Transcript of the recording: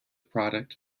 product